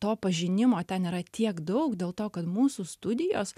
to pažinimo ten yra tiek daug dėl to kad mūsų studijos